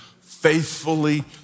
faithfully